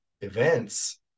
events